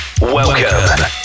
Welcome